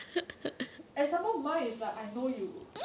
and some more mine is like I know you